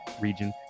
region